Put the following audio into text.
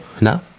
No